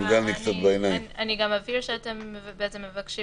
אני אבהיר שאתם מבקשים